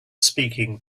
speaking